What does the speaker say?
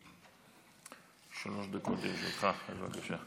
שלוש דקות לרשותך, בבקשה.